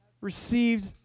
received